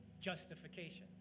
justification